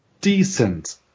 decent